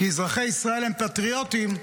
אזרחי ישראל הם פטריוטים,